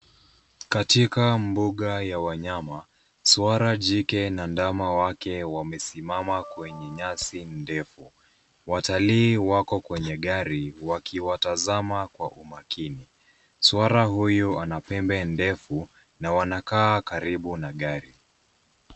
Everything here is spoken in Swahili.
Katika mbuga ya wanyama, swara jike na ndama wake wamesimama kwenye nyasi ndefu. Watalii wako kwenye gari wakiwatazama kwa umakini. Swara huyu ana pembe ndefu na wanakaa karibu na gari.